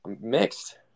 mixed